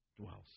dwells